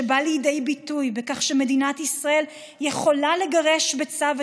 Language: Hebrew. שבא לידי ביטוי בכך שמדינת ישראל יכולה לגרש בצו,